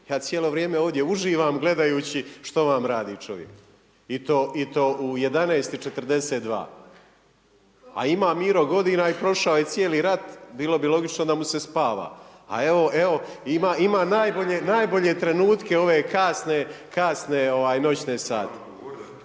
Ja cijelo vrijeme ovdje uživam gledajući što vam radi čovjek i to u 11 i 42, a ima Miro godina i prošao je cijeli rat. Bilo bi logično da mu se spava, a evo ima najbolje trenutke ove kasne noćne sate.